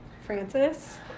Francis